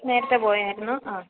നേരത്തെ പോയായിരുന്നു ആ